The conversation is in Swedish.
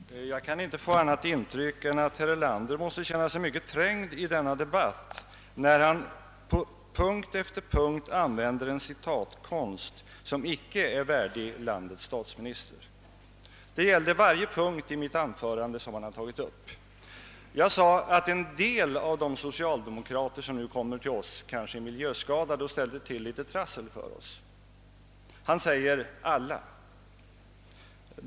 Herr talman! Jag kan inte få något annat intryck än att herr Erlander måste känna sig mycket trängd i denna debatt när han på punkt efter punkt använder en citatkonst som icke är värdig landets statsminister. Det gällde varje punkt i mitt anförande som han har tagit upp. Jag sade att en del av de socialdemokrater som nu kommer till oss kanske är miljöskadade och ställer till litet trassel för oss. Han säger »alla».